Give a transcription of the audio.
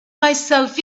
myself